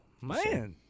Man